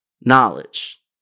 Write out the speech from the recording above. knowledge